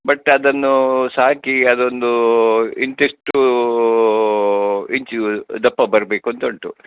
but ಅದನ್ನು ಸಾಕಿ ಅದೊಂದು ಇಂತಿಷ್ಟು ಇಂಚು ದಪ್ಪ ಬರಬೇಕು ಅಂತ ಉಂಟು